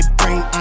brain